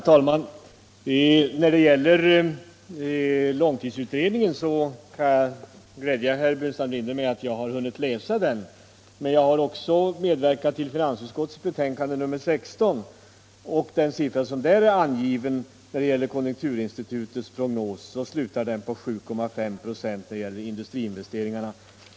Herr talman! Jag kan glädja herr Burenstam Linder med att jag har hunnit läsa långtidsutredningens betänkande. Men jag har också medverkat till finansutskottets betänkande nr 16, och den siffra som där är angiven för konjunkturinstitutets prognos är 7,5 926 uppgång av industriinvesteringarna.